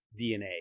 DNA